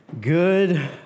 Good